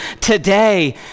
today